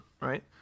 right